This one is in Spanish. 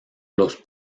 los